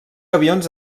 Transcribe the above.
avions